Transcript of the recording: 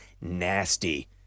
nasty